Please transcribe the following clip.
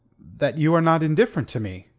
that you are not indifferent to me.